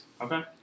Okay